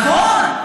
נכון.